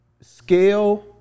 scale